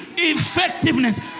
Effectiveness